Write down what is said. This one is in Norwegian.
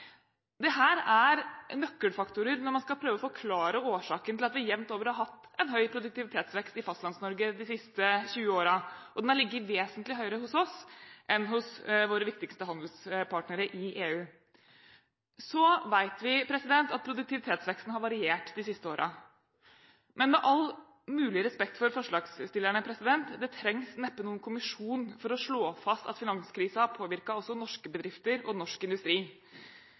er nøkkelfaktorer når man skal prøve å forklare årsaken til at vi jevnt over har hatt en høy produktivitetsvekst i Fastlands-Norge de siste 20 årene. Den har ligget vesentlig høyere hos oss enn hos våre viktigste handelspartnere i EU. Så vet vi at produktivitetsveksten har variert de siste årene. Men med all mulig respekt for forslagsstillerne: Det trengs neppe noen kommisjon for å slå fast at finanskrisen også har påvirket norske bedrifter og norsk industri.